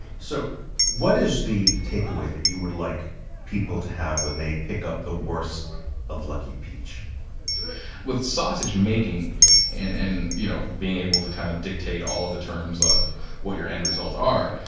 so what is the takeaway that you would like people to have when they pick up the wurst of lucky peach? completo with sausage making and and you know being able to kind of dictate all of the terms of what your end results are,